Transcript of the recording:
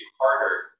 harder